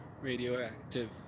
radioactive